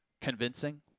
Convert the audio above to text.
convincing